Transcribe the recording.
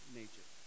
nature